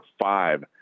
five